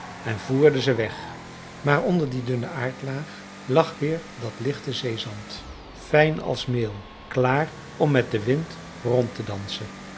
en voerde ze weg maar onder die dunne aardlaag lag weer dat lichte zeezand fijn als meel klaar om met den wind rond te dansen